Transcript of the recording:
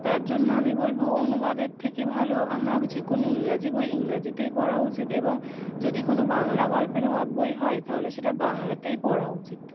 তার জন্য আমি বলব অনুবাদের থেকে ভালো আমরা যে কোনো ইংরাজি বই ইংরাজিতেই পড়া উচিত এবং যদি কোনো বাংলা গল্পের হ বই হয় তাহলে সেটা বাংলাতেই পড়া উচিত